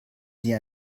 sie